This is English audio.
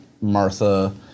Martha –